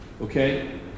okay